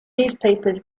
newspapers